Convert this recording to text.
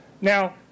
Now